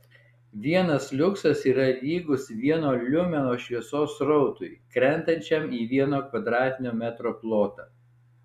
vienas liuksas yra lygus vieno liumeno šviesos srautui krentančiam į vieno kvadratinio metro plotą